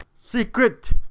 Secret